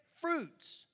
fruits